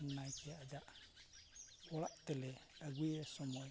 ᱱᱟᱭᱠᱮ ᱟᱡᱟᱜ ᱚᱲᱟᱜ ᱛᱮᱞᱮ ᱟᱹᱜᱩᱭᱮ ᱥᱚᱢᱚᱭ